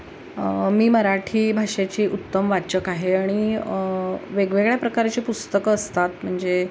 मी मराठी भाषेची उत्तम वाचक आहे आणि वेगवेगळ्या प्रकारची पुस्तकं असतात म्हणजे